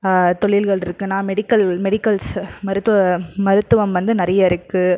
தொழில்கள் இருக்குன்னா medical medicals மருத்துவ மருத்துவம் வந்து நிறைய இருக்கு